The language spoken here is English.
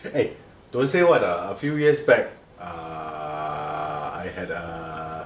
eh don't say [what] ah a few years back uh I had uh